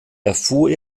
erfuhr